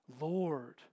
Lord